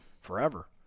Forever